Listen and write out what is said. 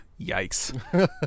Yikes